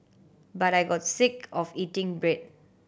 but I got sick of eating bread